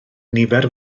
nifer